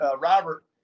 Robert